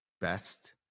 best